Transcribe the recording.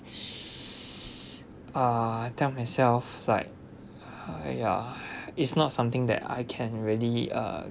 uh tell myself like !haiya! it's not something that I can really uh